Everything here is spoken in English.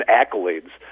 accolades